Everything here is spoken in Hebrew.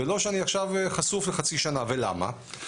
ולא שאני עכשיו חשוף לחצי שנה; ולמה?